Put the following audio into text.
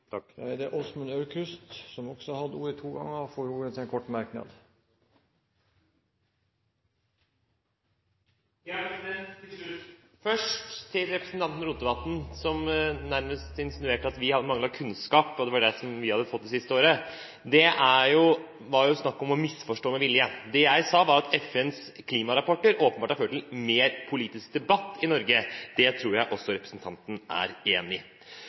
har hatt ordet to ganger tidligere og får ordet til en kort merknad, begrenset til 1 minutt. Først til representanten Rotevatn som nærmest insinuerte at vi hadde manglet kunnskap, og at det var det vi hadde fått det siste året. Det var snakk om å misforstå med vilje. Det jeg sa, var at FNs klimarapporter åpenbart har ført til mer politisk debatt i Norge. Det tror jeg også representanten Rotevatn er enig i.